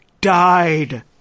died